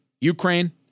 Ukraine